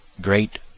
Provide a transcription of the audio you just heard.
great